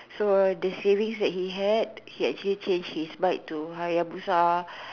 so the savings that he had he actually change his bike to Hayabusa